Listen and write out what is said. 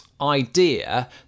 idea